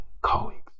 colleagues